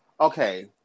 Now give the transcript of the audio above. okay